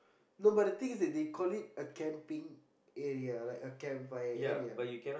no but the thing is that they call it a camping area like a camp fire area